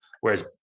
Whereas